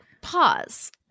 Pause